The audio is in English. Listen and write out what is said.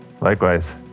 likewise